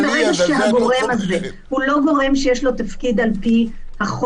-- כי ברגע שהגורם הזה הוא לא גורם שיש לו תפקיד על פי החוק,